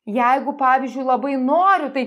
jeigu pavyzdžiui labai noriu tai